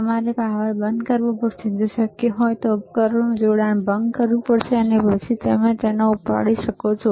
તમારે પાવર બંધ કરવો પડશે જો શક્ય હોય તો ઉપકરણને જોડાણ ભંગ કરવું પડશે અને પછી તમે તેને ઉપાડી શકો છો